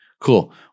Cool